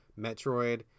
Metroid